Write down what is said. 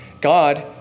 God